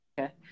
Okay